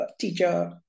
teacher